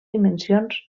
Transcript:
dimensions